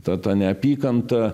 ta ta neapykanta